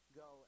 go